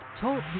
Talk